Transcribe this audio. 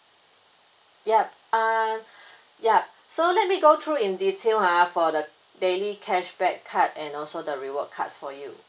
ya uh ya so let me go through in detail ah for the daily cashback card and also the reward cards for you